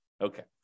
Okay